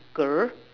girl